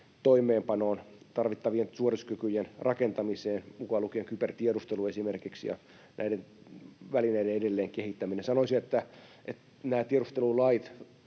toimeenpanoon tarvittavien suorituskykyjen rakentamiseen mukaan lukien esimerkiksi kybertiedustelu ja näiden välineiden edelleen kehittäminen. Sanoisin, että nämä sotilastiedustelulait